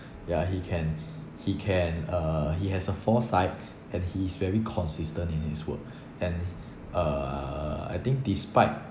ya he can he can uh he has a foresight and he's very consistent in his work and uh I think despite